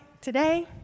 today